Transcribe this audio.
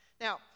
Now